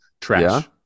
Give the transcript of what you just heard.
Trash